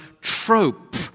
trope